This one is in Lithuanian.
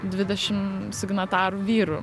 dvidešimt signatarų vyrų